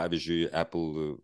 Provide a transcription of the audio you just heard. pavyzdžiui apple